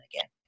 again